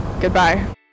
goodbye